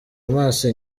amaso